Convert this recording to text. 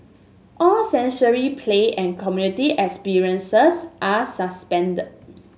all sensory play and community experiences are suspended